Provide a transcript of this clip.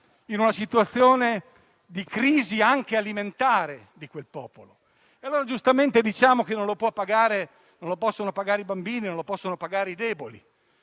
in una situazione di crisi, anche alimentare, di quel popolo. Allora giustamente diciamo che non lo possono pagare i bambini e i deboli.